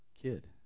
Kid